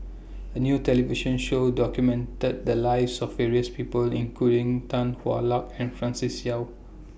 A New television Show documented The Lives of various People including Tan Hwa Luck and Francis Seow